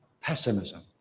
pessimism